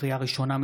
לקריאה ראשונה,